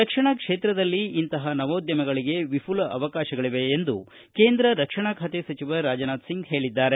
ರಕ್ಷಣಾ ಕ್ಷೇತ್ರದಲ್ಲಿ ಇಂತಹ ನವೋದ್ಯಮಗಳಿಗೆ ವಿಮಲ ಅವಕಾಶಗಳಿವೆ ಎಂದು ಕೇಂದ್ರ ರಕ್ಷಣಾ ಖಾತೆ ಸಚಿವ ರಾಜನಾಥ್ ಸಿಂಗ್ ಹೇಳಿದ್ದಾರೆ